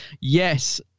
Yes